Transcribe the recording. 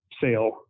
sale